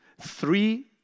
Three